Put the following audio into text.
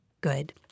good